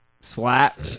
Slap